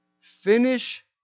finish